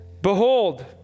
behold